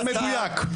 זה מדויק.